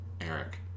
eric